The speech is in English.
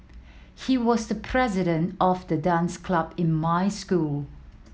he was the president of the dance club in my school